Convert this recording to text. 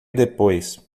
depois